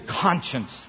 conscience